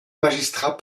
magistrats